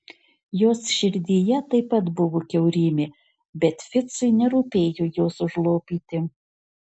jos širdyje taip pat buvo kiaurymė bet ficui nerūpėjo jos užlopyti